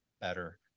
better